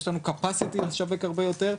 יש לנו capacity לשווק הרבה יותר,